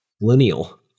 lineal